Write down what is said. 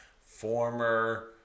former